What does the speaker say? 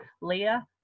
Leah